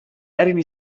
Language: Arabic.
أرني